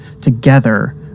together